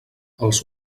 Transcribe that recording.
els